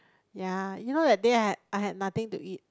ya you know that day I had I had nothing to eat